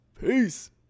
Peace